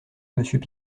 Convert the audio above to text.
monsieur